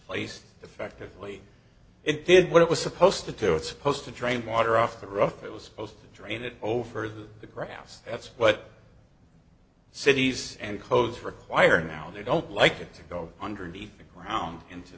placed effectively it did what it was supposed to do it's supposed to drain water off the rough it was supposed to drain it over the grass that's what cities and codes require now they don't like it to go underneath the ground into